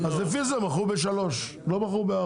אז לפי זה הם מכרו ב-3, לא ב-4.